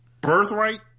birthright